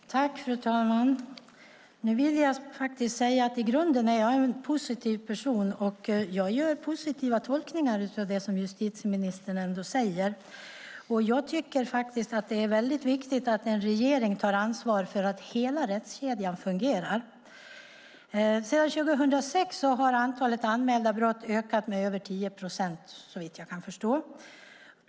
Fru talman! Nu vill jag säga att jag i grunden är en positiv person. Jag gör positiva tolkningar av det som justitieministern säger, och jag tycker faktiskt att det är väldigt viktigt att en regering tar ansvar för att hela rättskedjan fungerar. Sedan 2006 har antalet anmälda brott ökat med över 10 procent, såvitt jag kan förstå.